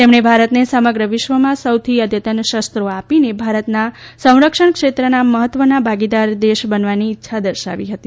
તેમણે ભારતને સમગ્ર વિશ્વમાં સૌથી અદ્યતન શસ્ત્રો આપીને ભારતના સંરક્ષણ ક્ષેત્રના મહત્વના ભાગીદાર દેશ બનવાની ઇચ્છા દર્શાવી હતી